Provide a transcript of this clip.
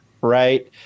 right